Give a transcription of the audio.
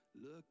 look